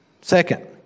Second